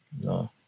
no